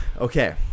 okay